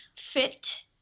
fit